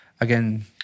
Again